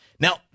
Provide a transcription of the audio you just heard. Now